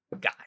guy